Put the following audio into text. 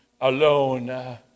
alone